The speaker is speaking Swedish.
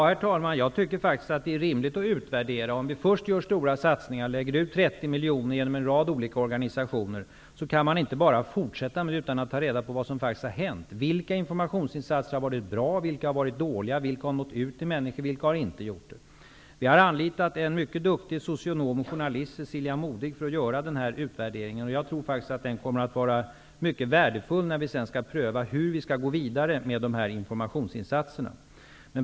Herr talman! Jag tycker faktiskt att det är rimligt att utvärdera. Först gör vi stora satsningar och lägger ut 30 miljoner genom en rad olika organisationer. Men det kan man inte fortsätta med utan att ta reda på vad det är som faktiskt har hänt. Vilka informationsinsatser har alltså varit bra, och vilka har varit dåliga? Vilka har nått ut till människor, och vilka har inte gjort det? Vi har anlitat en mycket duktig socionom och journalist, Cecilia Modig, för den här utvärderingen. Jag tror faktiskt att denna kommer att vara mycket värdefull när vi sedan skall pröva hur vi skall gå vidare med de här informationsinsatserna.